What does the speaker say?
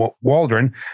Waldron